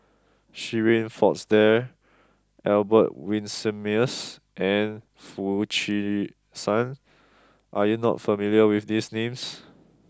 Shirin Fozdar Albert Winsemius and Foo Chee San are you not familiar with these names